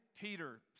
Peter